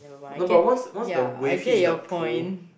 no but once once the wave hits the pool